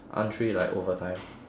aren't we like overtime